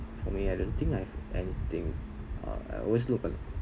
for me I don't think I have anything uh I always look